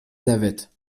navette